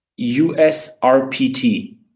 USRPT